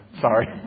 Sorry